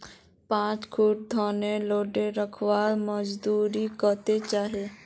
पाँच कुंटल धानेर लोड करवार मजदूरी कतेक होचए?